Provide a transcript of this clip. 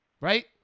Right